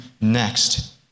next